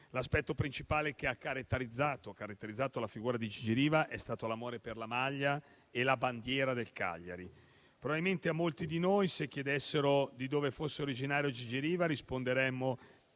l'aspetto principale che ha caratterizzato la figura di Gigi Riva è stato l'amore per la maglia e la bandiera del Cagliari. Probabilmente a molti di noi, se chiedessero di dove fosse originario Gigi Riva, risponderemmo